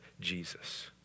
Jesus